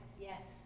Yes